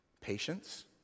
Patience